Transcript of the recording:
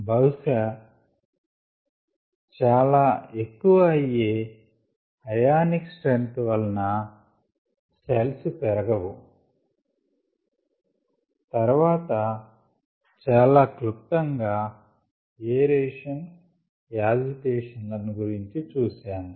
బహుశా చాలా ఎక్కువ అయ్యే ఆయానిక్ స్ట్రెంత్ వలన సెల్స్ పెరగవు తర్వాత చాల క్లుప్తంగా ఏరేషన్ యాజిటీషన్ లను గురించి చూశాము